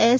S